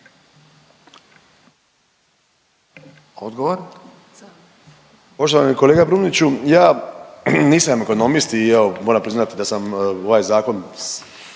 Odgovor.